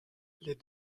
les